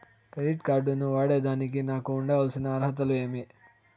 Credit card ను వాడేదానికి నాకు ఉండాల్సిన అర్హతలు ఏమి?